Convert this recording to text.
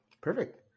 perfect